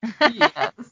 Yes